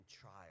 trial